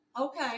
okay